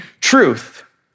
truth